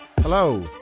Hello